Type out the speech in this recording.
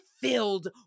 filled